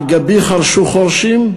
על גבי חרשו חורשים.